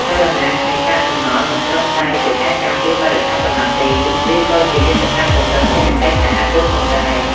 ចលនាគ្មានកាកសំណល់មិនត្រឹមតែជាការការពារបរិស្ថានប៉ុណ្ណោះទេ វាក៏ជាយុទ្ធសាស្ត្រពង្រឹងសេដ្ឋកិច្ចសហគមន៍ផងដែរ។